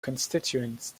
constituents